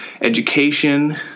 education